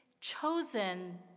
chosen